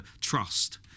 trust